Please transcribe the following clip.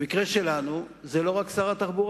במקרה שלנו זה לא רק שר התחבורה.